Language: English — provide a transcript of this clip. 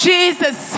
Jesus